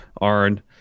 Arn